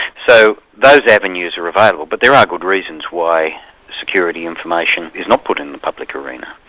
so those avenues are available, but there are good reasons why security information is not put in the public arena.